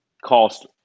cost